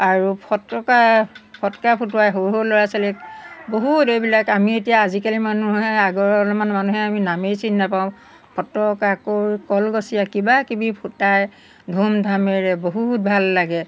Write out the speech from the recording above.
আৰু ফটকা ফটকা ফুটুৱাই সৰু সৰু ল'ৰা ছোৱালীক বহুত এইবিলাক আমি এতিয়া আজিকালি মানুহে আগৰ অলপমান মানুহে আমি নামেই চিনি নাপাওঁ ফটকা আকৌ কলগছিয়া কিবাকিবি ফুটাই ধুম ধামেৰে বহুত ভাল লাগে